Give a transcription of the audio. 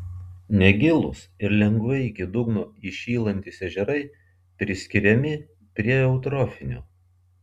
negilūs ir lengvai iki dugno įšylantys ežerai priskiriami prie eutrofinių